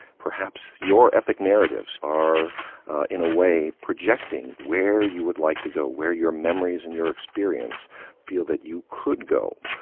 perhaps your epic narratives are in a way projecting where you would like to go, where your memories and your experience feel that you could go.